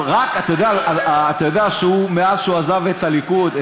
אתה יודע שמאז שהוא עזב את הליכוד,